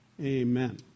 amen